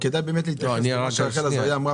כדאי להתייחס אל מה שחברת הכנסת לשעבר רחל עזריה אמרה